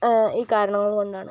ഈ കാരണങ്ങൾ കൊണ്ടാണ്